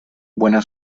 buena